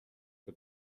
for